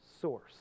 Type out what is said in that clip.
source